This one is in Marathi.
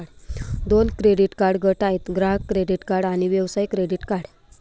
दोन क्रेडिट कार्ड गट आहेत, ग्राहक क्रेडिट कार्ड आणि व्यवसाय क्रेडिट कार्ड